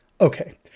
Okay